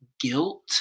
guilt